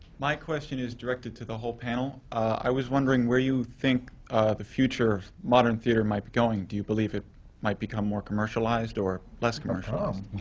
my question is directed to the whole panel. i was wondering where you think the future of modern theatre might be going. do you believe it might become more commercialized or less commercialized?